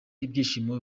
ibyishimo